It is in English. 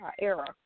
era